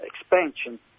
expansion